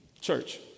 Church